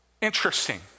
interesting